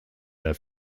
der